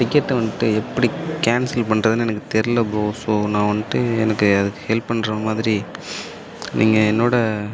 டிக்கெட்டை வந்துட்டு எப்படி கேன்சல் பண்ணுறதுன்னு எனக்கு தெரில ப்ரோ ஸோ நான் வந்துட்டு எனக்கு அதுக்கு ஹெல்ப் பண்ணுற மாதிரி நீங்கள் என்னோடய